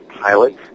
pilot